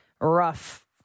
Rough